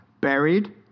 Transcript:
Buried